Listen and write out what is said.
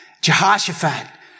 Jehoshaphat